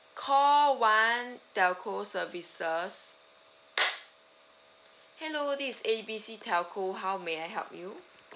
call one telco services hello this A B C telco how may I help you